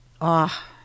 Ah